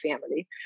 family